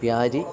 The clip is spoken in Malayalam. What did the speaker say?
പ്യാരി